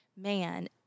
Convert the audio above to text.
man